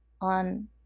on